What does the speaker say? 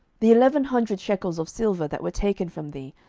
the eleven hundred shekels of silver that were taken from thee,